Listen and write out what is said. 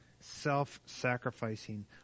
self-sacrificing